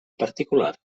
particular